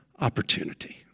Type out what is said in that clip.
opportunity